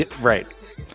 right